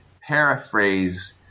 paraphrase